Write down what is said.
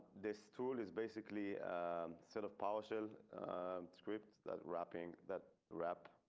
this tool is basically a set of powershell script that wrapping that rap.